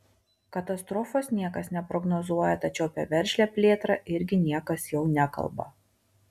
katastrofos niekas neprognozuoja tačiau apie veržlią plėtrą irgi niekas jau nekalba